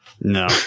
No